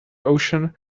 ocean